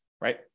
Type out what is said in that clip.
right